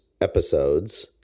episodes